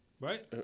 right